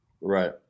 Right